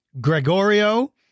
Gregorio